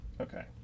Okay